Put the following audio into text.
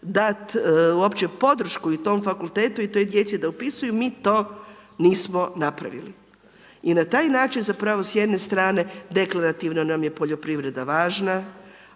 dat uopće podršku i tom fakultetu i toj djeci da upisuju, mi to nismo napravili. I na taj način zapravo s jedne strane deklarativno nam je poljoprivreda važna